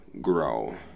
grow